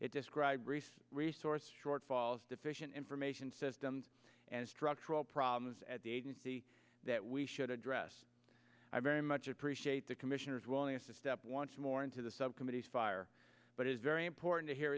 it describe reese resource shortfalls deficient information systems and structural problems at the agency that we should address i very much appreciate the commissioners willingness to step once more into the subcommittees fire but it is very important